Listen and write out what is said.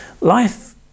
life